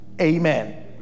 Amen